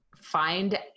find